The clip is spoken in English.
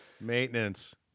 Maintenance